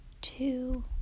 two